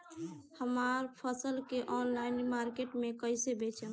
हमार फसल के ऑनलाइन मार्केट मे कैसे बेचम?